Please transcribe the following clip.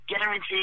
guarantee